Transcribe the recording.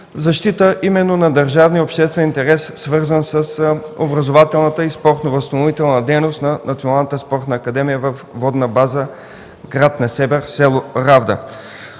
защита на държавния и обществен интерес, свързан с образователната и спортно-възстановителната дейност на Националната спортна академия във Водна база – гр. Несебър, с. Равда.